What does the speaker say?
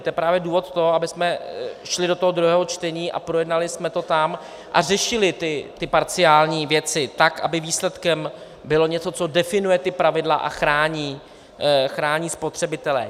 To je právě důvod, abychom šli do toho druhého čtení a projednali to tam a řešili ty parciální věci tak, aby výsledkem bylo něco, co definuje ta pravidla a chrání spotřebitele.